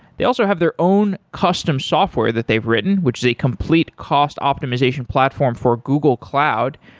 they also have their own custom software that they've written, which is a complete cost optimization platform for google cloud,